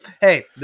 Hey